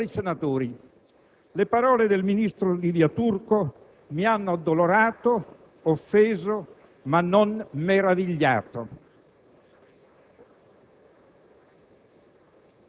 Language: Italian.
Onorevoli senatori, le parole del ministro Livia Turco mi hanno addolorato, offeso, ma non meravigliato.